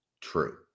true